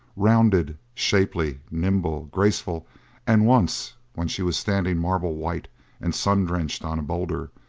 rounded, shapely, nimble, graceful and once when she was standing marble-white and sun-drenched on a boulder,